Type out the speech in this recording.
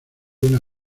una